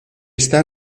está